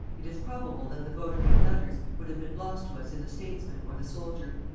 it is probable that the votary of letters would have been lost to us in the statesman or the soldier.